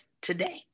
today